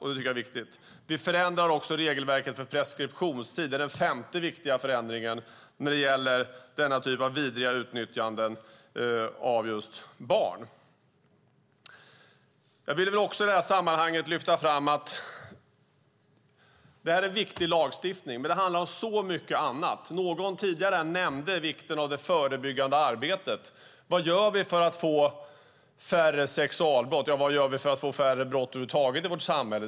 Det är viktigt. Vi förändrar också regelverket för preskriptionstid. Det är den femte viktiga förändringen för denna typ av vidriga utnyttjande av barn. I det här sammanhanget vill jag lyfta fram att detta är viktig lagstiftning, men det handlar om så mycket annat. Någon tidigare talare nämnde vikten av det förebyggande arbetet. Vad gör vi för att det ska bli färre sexualbrott? Vad gör vi för att det ska bli färre brott över huvud taget i vårt samhälle?